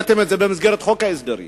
הבאתם את זה במסגרת חוק ההסדרים,